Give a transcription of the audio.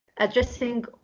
addressing